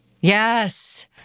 Yes